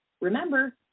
Remember